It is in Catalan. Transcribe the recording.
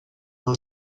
del